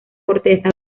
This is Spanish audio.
corteza